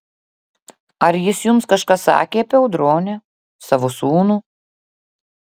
ar jis jums kažką sakė apie audronę savo sūnų